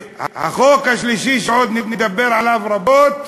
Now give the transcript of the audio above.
החוק השלישי, שעוד נדבר עליו רבות,